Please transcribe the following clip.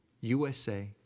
USA